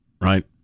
right